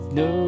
no